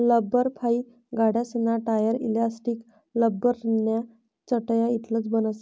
लब्बरफाइ गाड्यासना tyre, elastic, लब्बरन्या चटया इतलं बनस